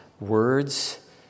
Words